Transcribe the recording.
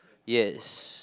yes